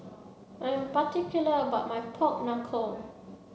I'm particular about my pork knuckle